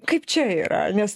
kaip čia yra nes